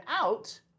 out